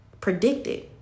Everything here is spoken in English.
predicted